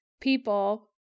people